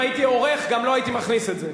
אם הייתי עורך גם לא הייתי מכניס את זה,